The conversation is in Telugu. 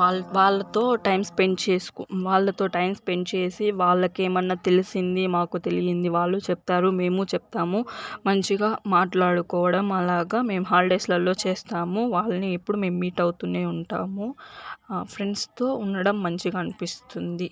వాళ్ల వాళ్లతో టైం స్పెండ్ చేసుకొ వాళ్లతో టైం స్పెండ్ చేసి వాళ్లకి ఏమన్నా తెలిసింది మాకు తెలిసింది వాళ్ళు చెప్తారు మేము చెప్తాము మంచిగా మాట్లాడుకోవడం అలాగ మేము హాలిడేస్లలో చేస్తాము వాళ్లని ఎప్పుడు మేము మీట్ అవుతూనే ఉంటాము ఫ్రెండ్స్తో ఉండడం మంచిగా అనిపిస్తుంది